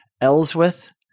Ellsworth